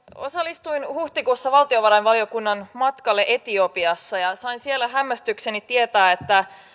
osallistuin huhtikuussa valtiovarainvaliokunnan matkalle etiopiaan ja sain siellä hämmästyksekseni tietää että